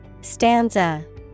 Stanza